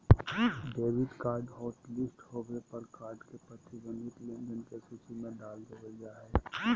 debit card hotlist होबे पर card के प्रतिबंधित लेनदेन के सूची में डाल देबल जा हय